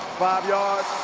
five yards,